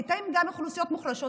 לפעמים גם אוכלוסיות מוחלשות,